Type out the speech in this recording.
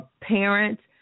parents